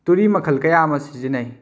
ꯇꯨꯔꯤ ꯃꯈꯜ ꯀꯌꯥ ꯑꯃ ꯁꯤꯖꯤꯟꯅꯩ